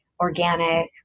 organic